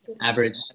Average